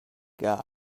guy